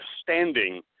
standing